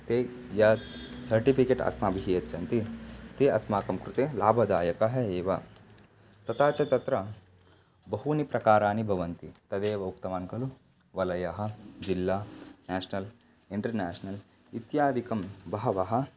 ते यत् सर्टिफ़िकेट् अस्माभिः यच्छन्ति ते अस्माकं कृते लाभदायकः एव तथा च तत्र बहूनि प्रकाराणि भवन्ति तदेव उक्तवान् खलु वलयः जिल्ला न्याषनल् इन्टर् न्याषनल् इत्यादिकं बहवः